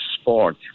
sport